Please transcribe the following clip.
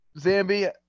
Zambi